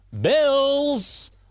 Bills